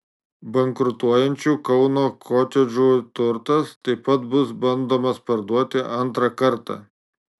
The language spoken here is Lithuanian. bankrutuojančių kauno kotedžų turtas taip pat bus bandomas parduoti antrą kartą